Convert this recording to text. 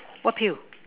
what pill